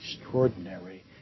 extraordinary